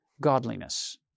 godliness